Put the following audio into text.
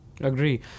Agree